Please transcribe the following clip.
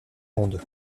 monde